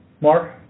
Mark